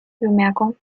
bemerkung